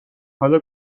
حالا